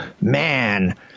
man